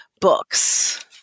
books